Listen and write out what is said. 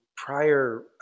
prior